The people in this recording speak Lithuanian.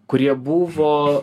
kurie buvo